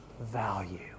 value